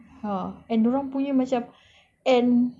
ya and dia orang punya macam and